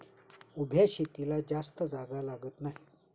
उभ्या शेतीला जास्त जागा लागत नाही